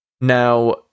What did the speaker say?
Now